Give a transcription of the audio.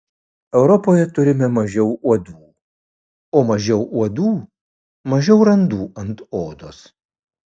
europoje turime mažiau uodų o mažiau uodų mažiau randų ant odos